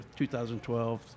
2012